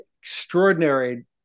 extraordinary